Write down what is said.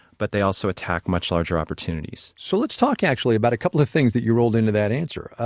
but they also attack much larger opportunities so let's talk, actually, about a couple of things that you rolled into that answer.